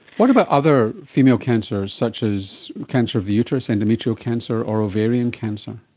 what about other female cancers such as cancer of the uterus, endometrial cancer or ovarian cancer?